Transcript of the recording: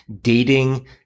dating